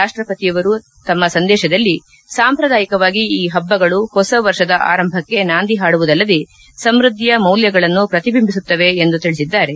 ರಾಷ್ಟಪತಿಯವರು ತಮ್ನ ಸಂದೇಶದಲ್ಲಿ ಸಾಂಪ್ರದಾಯಿಕವಾಗಿ ಈ ಷ್ಲುಗಳು ಹೊಸ ವರ್ಷದ ಆರಂಭಕ್ತೆ ನಾಂದಿ ಹಾಡುವುದಲ್ಲದೇ ಸಮ್ನದ್ಲಿಯ ಮೌಲ್ವಗಳನ್ನು ಪ್ರತಿಬಿಂಬಿಸುತ್ತವೆ ಎಂದು ತಿಳಿಸಿದ್ದಾರೆ